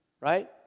Right